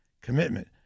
commitment